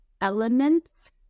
elements